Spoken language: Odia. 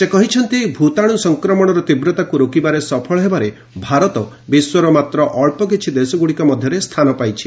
ସେ କହିଛନ୍ତି ଭୂତାଣୁ ସଂକ୍ରମଣର ତୀବ୍ରତାକୁ ରୋକିବାରେ ସଫଳ ହେବାରେ ଭାରତ ବିଶ୍ୱର ମାତ୍ର ଅଞ୍ଚକିଛି ଦେଶଗୁଡ଼ିକ ମଧ୍ୟରେ ସ୍ଥାନ ପାଇଛି